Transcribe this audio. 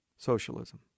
socialism